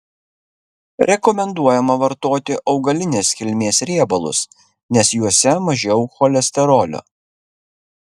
rekomenduojama vartoti augalinės kilmės riebalus nes juose mažiau cholesterolio